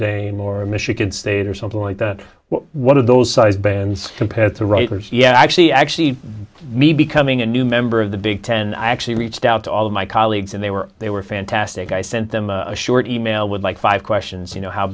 more michigan state or something like that one of those size bands compared to the writers yeah actually actually me becoming a new member of the big ten i actually reached out to all of my colleagues and they were they were fantastic i sent them a short email with like five questions you know how